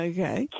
Okay